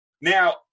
Now